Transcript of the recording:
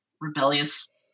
rebellious